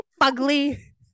ugly